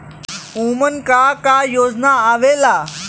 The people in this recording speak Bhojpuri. उमन का का योजना आवेला?